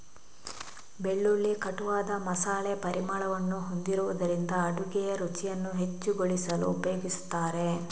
ಬೆಳ್ಳುಳ್ಳಿ ಕಟುವಾದ ಮಸಾಲೆ ಪರಿಮಳವನ್ನು ಹೊಂದಿರುವುದರಿಂದ ಅಡುಗೆಯ ರುಚಿಯನ್ನು ಹೆಚ್ಚುಗೊಳಿಸಲು ಉಪಯೋಗಿಸುತ್ತಾರೆ